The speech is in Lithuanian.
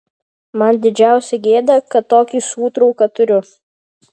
man didžiausia gėda kad tokį sūtrauką turiu